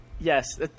Yes